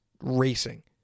racing